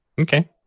Okay